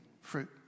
fruit